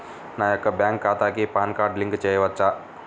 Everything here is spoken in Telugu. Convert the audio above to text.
నా యొక్క బ్యాంక్ ఖాతాకి పాన్ కార్డ్ లింక్ చేయవచ్చా?